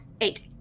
Eight